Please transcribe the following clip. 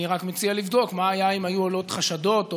אני רק מציע לבדוק מה היה אם היו עולים חשדות או